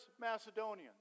Macedonians